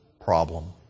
problem